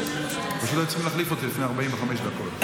פשוט היו צריכים להחליף אותי לפני 45 דקות.